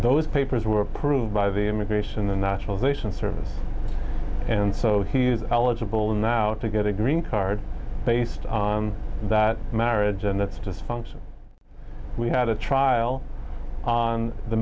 those papers were approved by the immigration and naturalization service and so he is eligible now to get a green card based on that marriage and that's dysfunction we had a trial on the